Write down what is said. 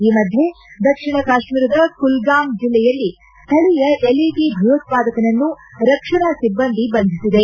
ಈ ಮಧ್ಯೆ ದಕ್ಷಿಣ ಕಾತ್ನೀರದ ಕುಲ್ಗಾಮ್ ಜಿಲ್ಲೆಯಲ್ಲಿ ಸ್ಥಳೀಯ ಎಲ್ಇಟಿ ಭಯೋತ್ಪಾದಕನನ್ನು ರಕ್ಷಣಾ ಸಿಬ್ಬಂದಿ ಬಂಧಿಸಿದೆ